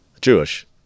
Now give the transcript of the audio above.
Jewish